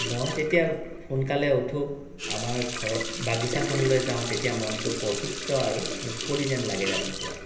মই যেতিয়া সোনকালে উঠোঁ আমাৰ ঘৰত বাগিছাখনলৈ যাওঁ তেতিয়া মনটো পৱিত্ৰ আৰু মুকলি যেন লাগে ৰাতিপুৱা